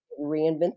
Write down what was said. reinvent